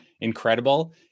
incredible